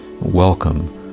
welcome